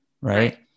right